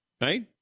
Right